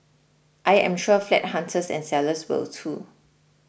I am sure flat hunters and sellers will too